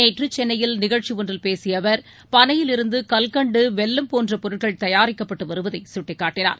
நேற்றசென்னையில் நிகழ்ச்சிஒன்றில் பேசியஅவர் பனையிலிருந்துகல்கண்டு வெல்லம் போன்றபொருட்கள் தயாரிக்கப்பட்டுவருவதைசுட்டிக்காட்டினார்